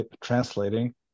translating